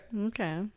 Okay